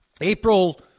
April